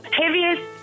heaviest